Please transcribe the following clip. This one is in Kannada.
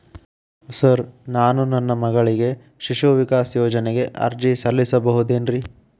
ಸರ್ ನಾನು ನನ್ನ ಮಗಳಿಗೆ ಶಿಶು ವಿಕಾಸ್ ಯೋಜನೆಗೆ ಅರ್ಜಿ ಸಲ್ಲಿಸಬಹುದೇನ್ರಿ?